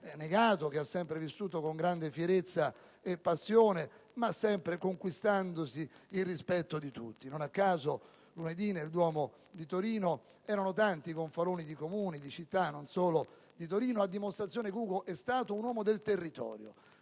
negato, che ha sempre vissuto con grande fierezza e passione, sempre conquistandosi il rispetto di tutti. Nona caso lunedì nel Duomo di Torino erano tanti i gonfaloni di Comuni e di città, non solo Torino, a dimostrazione che Ugo è stato un uomo del territorio,